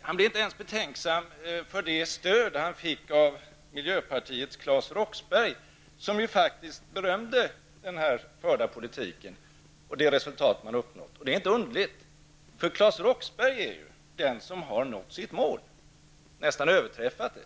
Han blev inte ens betänksam över det stöd han fick från miljöpartiets Claes Roxbergh. Claes Roxbergh berömde faktiskt den förda politiken och det resultat man uppnått. Det är inte underligt, eftersom Claes Roxbergh är den som har nått sitt mål och nästan överträffat det.